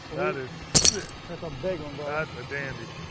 that is sick. that's a big one, brother. that's a dandy.